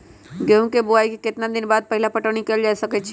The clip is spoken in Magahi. गेंहू के बोआई के केतना दिन बाद पहिला पटौनी कैल जा सकैछि?